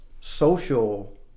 social